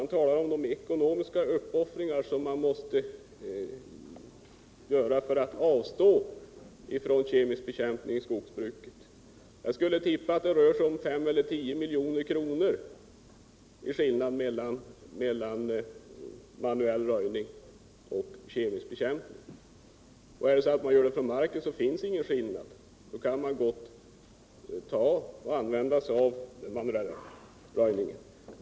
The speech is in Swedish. Han talar om de ekonomiska uppoffringar som man måste göra för att avstå från kemisk bekämpning i skogsbruket. Jag skulle tippa att det rör sig om 5 eller 10 milj.kr. i skillnad mellan manuell röjning och kemisk bekämpning. När det gäller besprutning från mark och manuell bekämpning finns ingen skillnad, och man kan då gott använda manuell röjning.